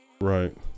Right